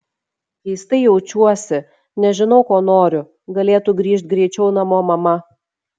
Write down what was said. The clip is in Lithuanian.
keistai jaučiuosi nežinau ko noriu galėtų grįžt greičiau namo mama